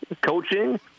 coaching